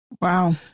wow